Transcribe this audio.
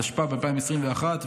התשפ"ב 2021,